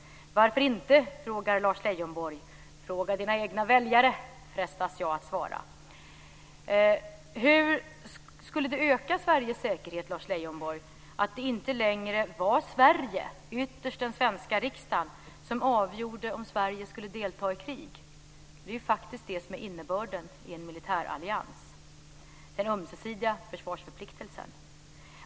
Varför inte? frågar Lars Leijonborg. Fråga dina egna väljare, frestas jag att svara. Hur skulle det öka Sveriges säkerhet, Lars Leijonborg, att det inte längre var Sverige, ytterst den svenska riksdagen, som avgjorde om Sverige skulle delta i krig? Det är ju faktiskt det som är innebörden i en militärallians: den ömsesidiga försvarsförpliktelsen.